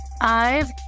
IVE